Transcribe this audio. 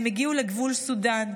הם הגיעו לגבול סודן.